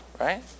right